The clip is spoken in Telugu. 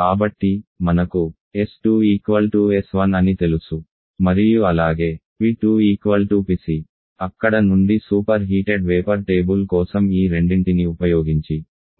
కాబట్టి మనకు s2 s1 అని తెలుసు మరియు అలాగే P2 PC అక్కడ నుండి సూపర్ హీటెడ్ వేపర్ టేబుల్ కోసం ఈ రెండింటిని ఉపయోగించి